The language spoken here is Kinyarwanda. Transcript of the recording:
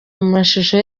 amashusho